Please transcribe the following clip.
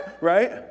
Right